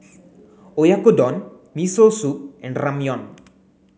Oyakodon Miso Soup and Ramyeon